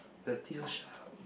the teeth so sharp